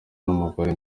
n’umugore